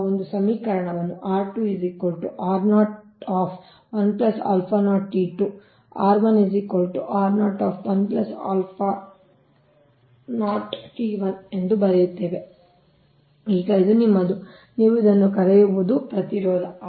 ನಾವು ಒಂದು ಸಮೀಕರಣವನ್ನು ಬರೆಯುತ್ತೇವೆ ಈಗ ಇದು ನಿಮ್ಮದು ನೀವು ಇದನ್ನು ಕರೆಯುವುದು ಪ್ರತಿರೋಧ